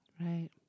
Right